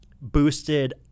boosted